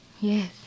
Yes